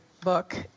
book